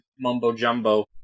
mumbo-jumbo